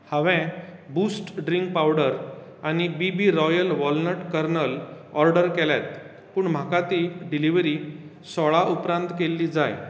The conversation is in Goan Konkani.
हांवें बूस्ट ड्रिंक पावडर आनी BB royal walnut kernel order केल्यात पूण म्हाका ती डिलिव्हरी सोळा उपरांत केल्ली जाय